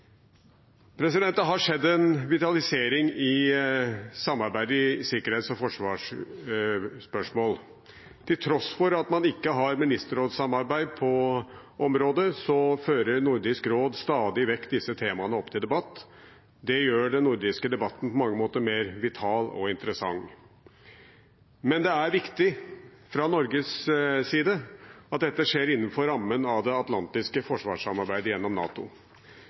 Det har skjedd en vitalisering i samarbeidet i sikkerhets- og forsvarsspørsmål. Til tross for at man ikke har ministerrådssamarbeid på området, fører Nordisk råd stadig vekk disse temaene opp til debatt. Det gjør den nordiske debatten på mange måter mer vital og interessant. Men det er viktig fra Norges side at dette skjer innenfor rammen av det atlantiske forsvarssamarbeidet gjennom NATO.